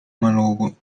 loro